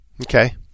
Okay